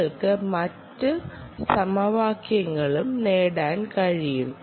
നിങ്ങൾക്ക് മറ്റ് സമവാക്യങ്ങളും നേടാൻ കഴിയും